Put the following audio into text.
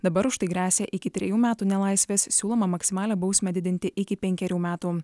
dabar už tai gresia iki trejų metų nelaisvės siūloma maksimalią bausmę didinti iki penkerių metų